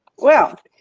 well.